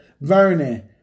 Vernon